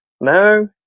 no